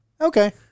Okay